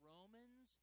Romans